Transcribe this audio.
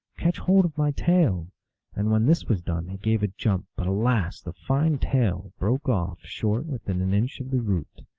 catch hold of my tail and when this was done he gave a jump, but alas! the fine tail broke off short within an inch of the root.